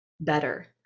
better